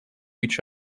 each